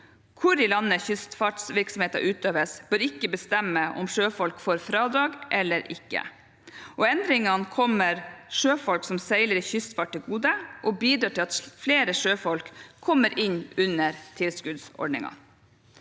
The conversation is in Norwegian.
Hvor i landet kystfartvirksomheten utøves, bør ikke bestemme om sjøfolkene får fradrag eller ikke. Endringene kommer sjøfolk som seiler i kystfart, til gode og bidrar til at flere sjøfolk kommer inn under tilskuddsordningen.